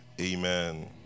amen